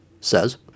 says